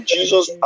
Jesus